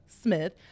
Smith